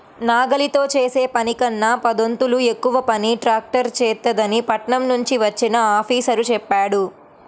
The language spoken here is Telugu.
నాగలితో చేసే పనికన్నా పదొంతులు ఎక్కువ పని ట్రాక్టర్ చేత్తదని పట్నం నుంచి వచ్చిన ఆఫీసరు చెప్పాడు